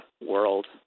world